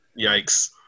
Yikes